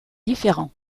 différent